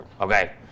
Okay